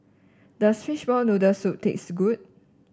does Fishball Noodle Soup taste good